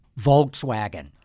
Volkswagen